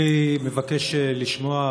אני מבקש לשמוע,